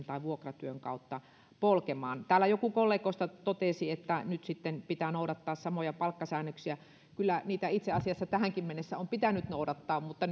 tai vuokratyön kautta polkemaan täällä joku kollegoista totesi että nyt pitää noudattaa samoja palkkasäännöksiä kyllä niitä itse asiassa tähänkin mennessä on pitänyt noudattaa mutta